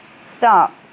Stop